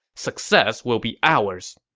success will be ours.